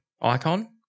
icon